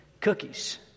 cookies